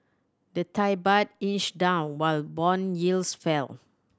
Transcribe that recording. the Thai Baht inched down while bond yields fell